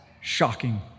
shocking